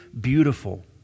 beautiful